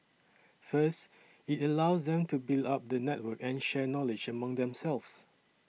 first it allows them to build up the network and share knowledge amongst themselves